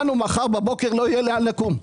לנו מחר בבוקר לא יהיה לאן מקום.